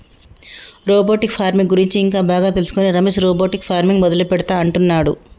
robotic farming గురించి ఇంకా బాగా తెలుసుకొని రమేష్ రోబోటిక్ ఫార్మింగ్ మొదలు పెడుతా అంటున్నాడు